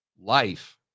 life